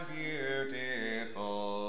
beautiful